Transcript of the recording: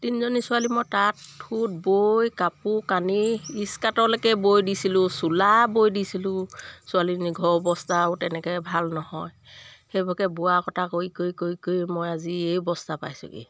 তিনিজনী ছোৱালী মই তাঁত সোঁত বৈ কাপোৰ কানি স্কাৰ্টলৈকে বৈ দিছিলোঁ চোলা বৈ দিছিলোঁ ছোৱালীজনীঘৰ অৱস্থাও তেনেকৈ ভাল নহয় সেইবাবে বোৱা কটা কৰি কৰি কৰি কৰি মই আজি এই অৱস্থা পাইছোঁহি